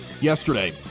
yesterday